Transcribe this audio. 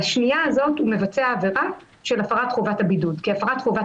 בשנייה הזאת הוא מבצע עבירה של הפרת חובת הבידוד כי הפרת חובת